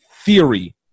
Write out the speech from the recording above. theory